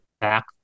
back